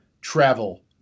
travel